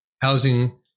housing